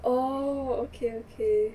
oh okay okay